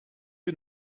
you